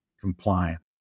compliant